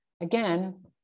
Again